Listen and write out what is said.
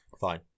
Fine